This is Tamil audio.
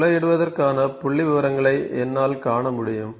துளையிடுவதற்கான புள்ளிவிவரங்களை என்னால் காண முடியும்